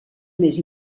més